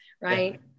right